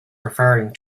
referring